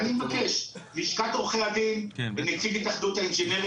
לשכת עורכי הדין ונציג התאחדות האינג'ינרים